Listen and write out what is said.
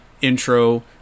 intro